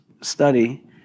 study